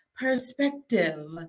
perspective